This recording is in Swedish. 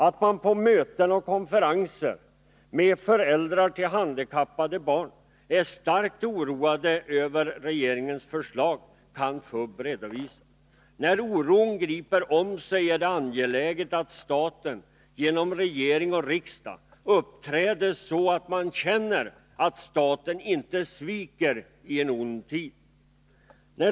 Att man på möten och konferenser med föräldrar till handikappade barn är starkt oroad över regeringens förslag kan FUB redovisa. När oron griper omkring sig är det angeläget att staten genom regering och riksdag uppträder så, att man känner att staten inte sviker i en ond tid.